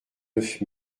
neuf